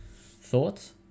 thoughts